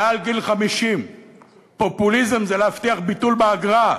מעל גיל 50. פופוליזם זה להבטיח ביטול אגרה,